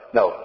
no